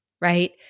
right